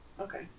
Okay